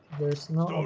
there's no